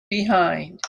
behind